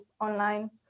online